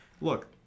look